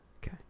Okay